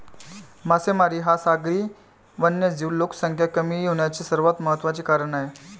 मासेमारी हा सागरी वन्यजीव लोकसंख्या कमी होण्याचे सर्वात महत्त्वाचे कारण आहे